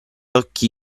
occhi